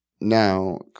now